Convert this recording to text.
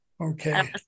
Okay